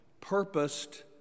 purposed